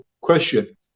question